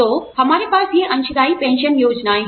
तो हमारे पास ये अंशदायी पेंशन योजनाएँ हैं